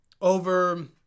over